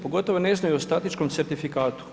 Pogotovo ne znaju o statičkom certifikatu.